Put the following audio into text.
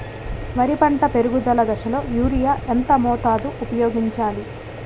వరి పంట పెరుగుదల దశలో యూరియా ఎంత మోతాదు ఊపయోగించాలి?